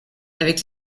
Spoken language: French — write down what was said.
avec